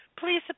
please